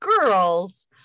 girls